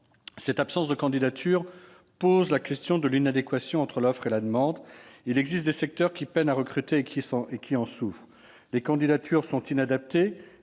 cette absence de candidatures pose la question de l'inadéquation entre l'offre et la demande. Il existe des secteurs qui peinent à recruter et qui en souffrent. Les candidatures sont inadaptées,